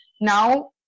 Now